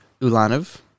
Ulanov